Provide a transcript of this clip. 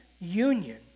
union